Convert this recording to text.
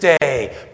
Day